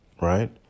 right